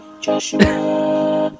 joshua